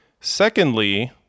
Secondly